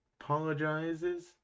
apologizes